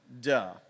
Duh